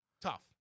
Tough